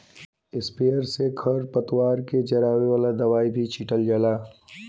sprayer से खर पतवार के जरावे वाला दवाई भी छीटल जाला